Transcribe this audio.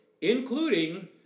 including